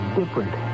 different